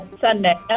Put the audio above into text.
Sunday